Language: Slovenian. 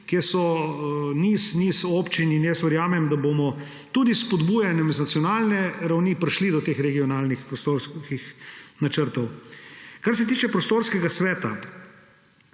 kjer je niz občin. Verjamem, da bomo tudi s spodbujanjem z nacionalne ravni prišli do teh regionalnih prostorskih načrtov. Kar se tiče prostorskega sveta.